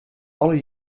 alle